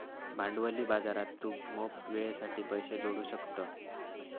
भांडवली बाजारात तू मोप वेळेसाठी पैशे जोडू शकतं